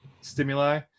stimuli